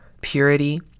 purity